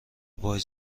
وای